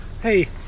Hey